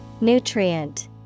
Nutrient